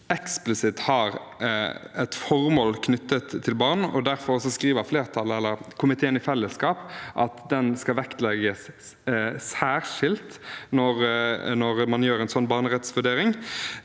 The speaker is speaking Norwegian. eksplisitt har et formål knyttet til barn, og derfor skriver komiteen i fellesskap at den skal vektlegges særskilt når man gjør en barnerettsvurdering,